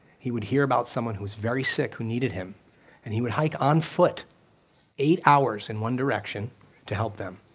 he would hear about someone who was very sick who needed him and he would hike on foot eight hours in one direction to help them,